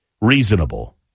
reasonable